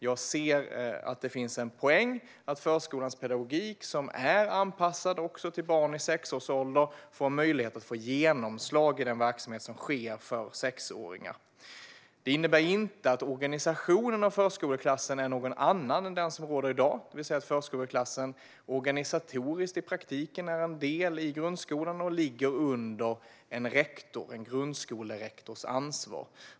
Jag ser att det finns en poäng med att förskolans pedagogik, som är anpassad även till barn i sexårsåldern, kan få genomslag i den verksamhet som riktar sig till sexåringar. Detta innebär inte att organisationen av förskoleklassen är en annan än i dag - det vill säga att förskoleklassen organisatoriskt i praktiken är en del av grundskolan och ligger under en grundskolerektors ansvar.